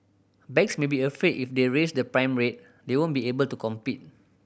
banks may be afraid if they raise the prime rate they won't be able to compete